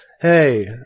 Hey